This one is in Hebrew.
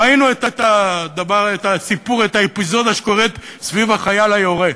ראינו את הסיפור, את האפיזודה סביב החייל היורה.